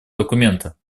документа